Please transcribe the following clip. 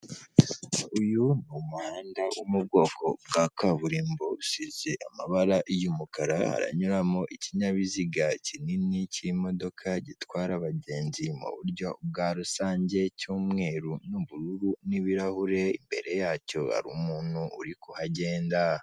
Uyu ni umuhanda wo mu bwoko bwa kaburimbo usize amabara y'umukara. Haranyuramo ikinyabiziga kinini cy'imodoka gitwara abagenzi mu buryo bwa rusange; cy'umweru n'ubururu n'ibirahure. Imbere yacyo hari umuntu uri kuhagenda.